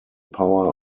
power